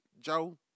Joe